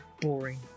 boring